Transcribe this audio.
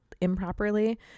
improperly